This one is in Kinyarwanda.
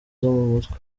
mutwe